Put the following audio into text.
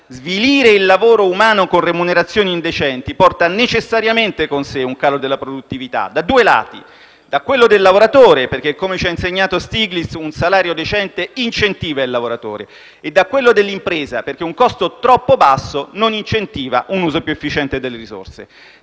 Svilire il lavoro umano con remunerazioni indecenti porta necessariamente con sé un calo della produttività, da due lati: quello del lavoratore, perché, ci come ha insegnato Stiglitz, un salario decente incentiva il lavoratore; quello dell'impresa, perché un costo troppo basso non incentiva un uso più efficiente delle risorse.